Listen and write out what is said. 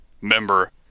member